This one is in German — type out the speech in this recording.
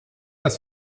das